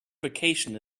vacation